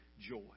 joy